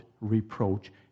reproach